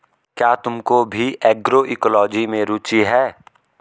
क्या तुमको भी एग्रोइकोलॉजी में रुचि है?